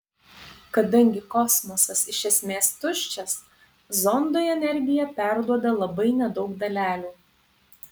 kadangi kosmosas iš esmės tuščias zondui energiją perduoda labai nedaug dalelių